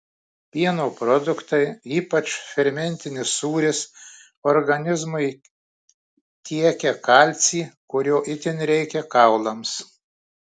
pieno produktai ypač fermentinis sūris organizmui tiekia kalcį kurio itin reikia kaulams